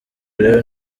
rero